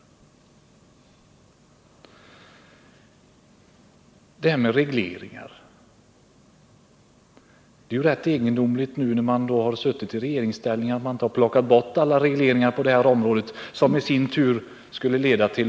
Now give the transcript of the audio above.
Så till detta med regleringar. Det är rätt egendomligt att man inte, när man nu suttit i regeringsställning, har plockat bort alla regleringar som funnits på det här området.